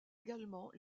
également